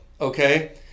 Okay